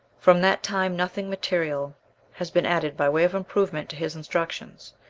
from that time nothing material has been added by way of improvement to his instructions.